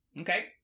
Okay